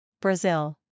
Brazil